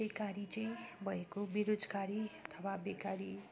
बेकारी चाहिँ भएको बेरोजगारी अथवा बेकारी